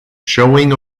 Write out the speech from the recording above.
showing